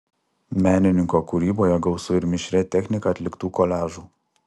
menininko kūryboje gausu ir mišria technika atliktų koliažų